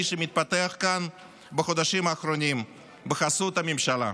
שמתפתח כאן בחודשים האחרונים בחסות הממשלה.